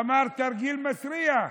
אמר: תרגיל מסריח.